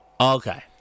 Okay